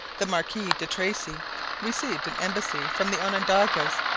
the marquis de tracy received an embassy from the onondagas.